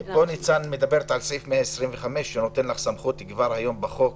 ניצן מדברת על סעיף 125 שנותן לך סמכות כבר היום בחוק